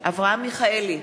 אברהם מיכאלי,